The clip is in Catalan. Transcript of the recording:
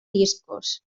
discos